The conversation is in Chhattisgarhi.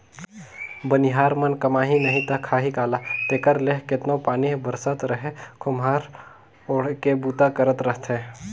बनिहार मन कमाही नही ता खाही काला तेकर ले केतनो पानी बरसत रहें खोम्हरा ओएढ़ के बूता करत रहथे